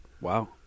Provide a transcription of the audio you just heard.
Wow